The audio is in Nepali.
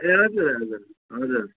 ए हजुर हजुर हजुर